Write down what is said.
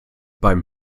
beim